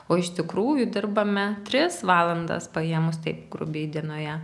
o iš tikrųjų dirbame tris valandas paėmus taip grubiai dienoje